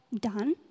done